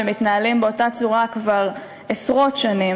שמתנהלים באותה צורה כבר עשרות שנים,